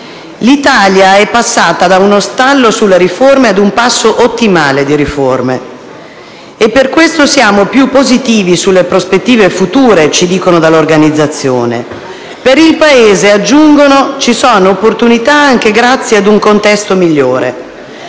l'Italia è passata da uno stallo sulle riforme a un passo ottimale di riforme, e per questo siamo più positivi sulle prospettive future, ci dicono dall'organizzazione. Per il Paese, aggiungono, ci sono opportunità anche grazie a un contesto migliore.